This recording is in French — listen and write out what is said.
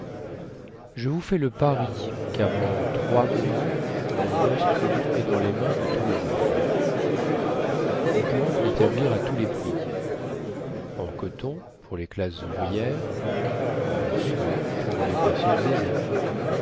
je vous fais le pari quavant trois mois mon instrument est dans les mains de tout le monde on pourra en établir à tous les prix en coton pour les classes ouvrières en soie pour les personnes aisées